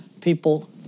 people